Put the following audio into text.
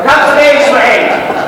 גם שונאי ישראל.